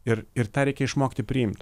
ir ir tą reikia išmokti priimt